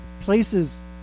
places